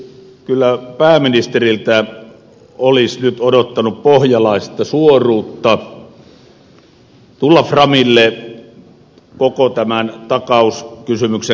kyllä pääministeriltä olisi nyt odottanut pohjalaista suoruutta tulla framille koko tämän takauskysymyksen kanssa